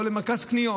או למרכז קניות.